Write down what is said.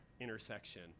intersection